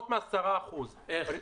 איך?